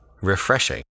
refreshing